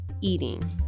eating